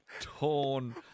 Torn